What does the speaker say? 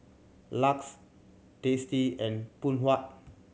LUX Tasty and Phoon Huat